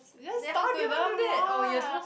you just talk to them more ah